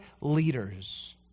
leaders